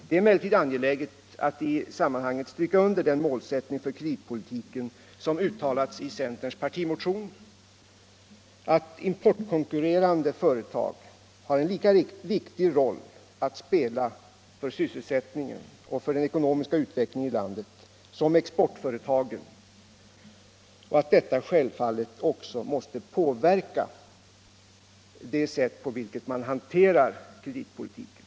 Det är emellertid angeläget att i det sammanhanget stryka under den målsättning för kreditpolitiken som uttalats i centerns partimotion, nämligen att importkonkurrerande företag har en lika viktig roll att spela för sysselsättningen och för den ekonomiska utvecklingen i landet som exportföretagen och att detta självfallet måste påverka det sätt på vilket man hanterar kreditpolitiken.